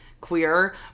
queer